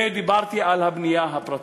ודיברתי על הבנייה הפרטית.